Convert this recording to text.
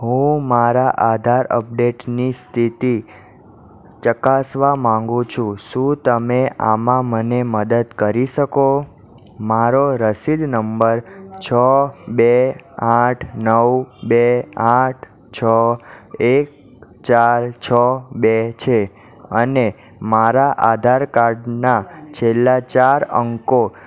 હું મારા આધાર અપડેટની સ્થિતિ ચકાસવા માગું છું શું તમે આમાં મને મદદ કરી શકો મારો રસીદ નંબર છ બે આઠ નવ બે આઠ છ એક ચાર છ બે છે અને મારા આધાર કાર્ડના છેલ્લા ચાર અંકો